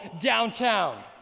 downtown